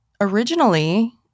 originally